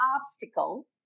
obstacle